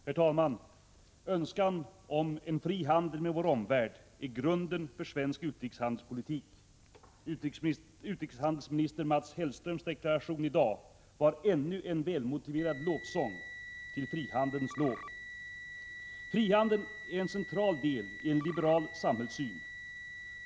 Herr talman! Önskan om en fri handel med vår omvärld är grunden för svensk utrikeshandelspolitik. Utrikeshandelsminister Mats Hellströms deklaration i dag var ännu en välmotiverad lovsång till frihandeln. Frihandel är en central del i en liberal samhällssyn.